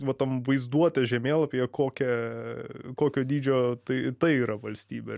va tam vaizduotės žemėlapyje kokią kokio dydžio tai tai yra valstybė